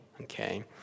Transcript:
okay